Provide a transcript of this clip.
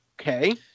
okay